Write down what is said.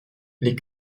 les